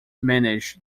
managed